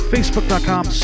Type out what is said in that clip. Facebook.com